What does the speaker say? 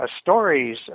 stories